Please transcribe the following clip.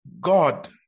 God